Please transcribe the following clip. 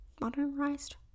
Modernized